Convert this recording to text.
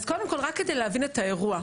קודם כל, רק כדי להבין את האירוע.